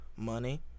Money